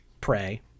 Prey